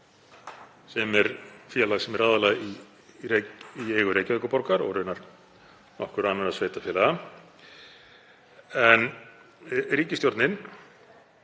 sem er félag sem er aðallega í eigu Reykjavíkurborgar og raunar nokkurra annarra sveitarfélaga. Ríkisstjórnin